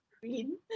green